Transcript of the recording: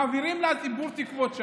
מעבירים לציבור תקוות שווא,